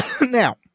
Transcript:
Now